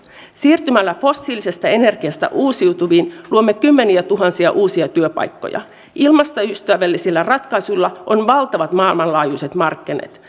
siirtymällä fossiilisesta energiasta uusiutuviin luomme kymmeniätuhansia uusia työpaikkoja ilmastoystävällisillä ratkaisuilla on valtavat maailmanlaajuiset markkinat